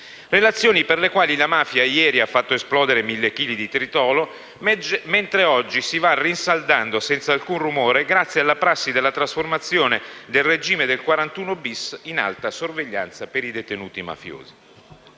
relazioni la mafia ieri ha fatto esplodere mille chili di tritolo, mentre oggi si va rinsaldando senza alcun rumore grazie alla prassi della trasformazione del regime del 41-*bis* in alta sorveglianza per i detenuti mafiosi.